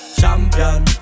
champion